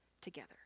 together